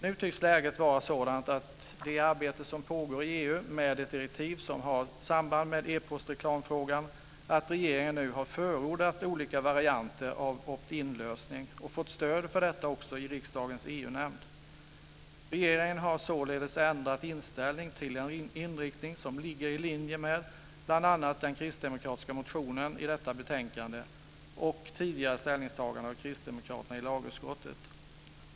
Nu tycks läget i det arbete som pågår i EU med ett direktiv som har samband med e-postreklamfrågan vara att regeringen har förordat olika varianter av opt in-lösningar och fått stöd för dessa i riksdagens EU nämnd. Regeringen har således ändrat inställning till förmån för en inriktning som ligger i linje med bl.a. den kristdemokratiska motion som behandlas i detta betänkande och Kristdemokraternas tidigare ställningstagande i lagutskottet.